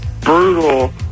brutal